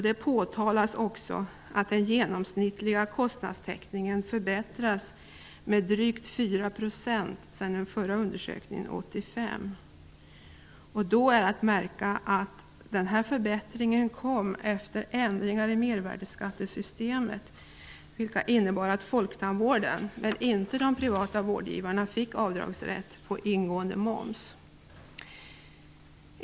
Det påtalas också att den genomsnittliga kostnadstäckningen förbättrats med drygt 4 % sedan den förra undersökningen år 1985. Då är att märka att denna förbättring kom efter ändringarna i mervärdesskattesystemet, vilka innebar att folktandvården -- men inte de privata vårdgivarna -- fick avdragsrätt på ingående moms.